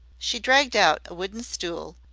she dragged out a wooden stool,